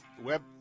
web